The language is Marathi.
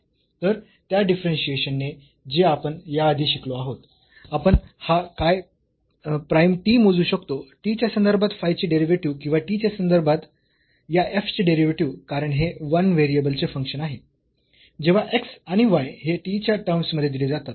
तर त्या डिफरन्शियेशन ने जे आपण याआधी शिकलो आहोत आपण हा फाय प्राईम t मोजू शकतो t च्या संदर्भात फाय चे डेरिव्हेटिव्ह किंवा t च्या संदर्भात या f चे डेरिव्हेटिव्ह कारण हे 1 व्हेरिएबलचे फंक्शन आहे जेव्हा x आणि y हे t च्या टर्म्स मध्ये दिले जातात